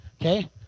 okay